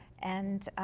and